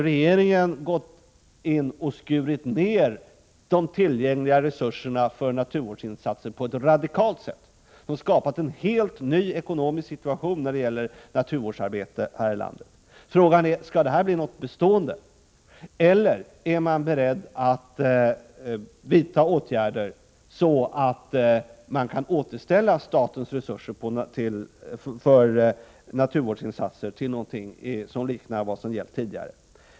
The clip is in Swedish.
Regeringen har skurit ned de tillgängliga resurserna för naturvårdsinsatser på ett radikalt sätt, och regeringen har skapat en helt ny ekonomisk situation när det gäller naturvårdsarbete här i landet. Frågan är om detta skall bli något bestående eller om man är beredd att vidta åtgärder, så att man kan återställa statens resurser för naturvårdsinsatser till den nivå som har gällt tidigare.